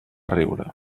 riure